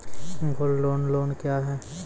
Gold loan loan क्या हैं?